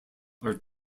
are